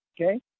okay